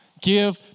Give